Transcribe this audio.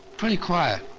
pretty quiet.